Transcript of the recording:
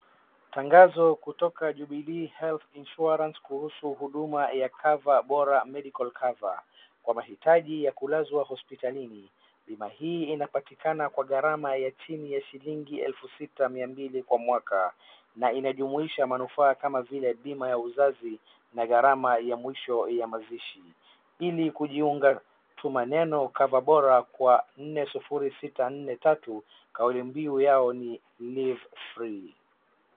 Tangazo kutoka Jubilee health Insurance kuhusu huduma ya cover bora medical cover kwa mahitaji ya kulazwa hospitalini. Bima hii inapatikana kwa garama ya chini ya shilingi elfu sita mia mbili kwa mwaka na inajumuisha manufaa kama vile; bima ya uzazi na garama ya mwisho ya mazishi. Ili kujiuunga tuma neno cover [sc] bora kwa 40643 kauli mbiu yao ni live free .